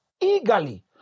eagerly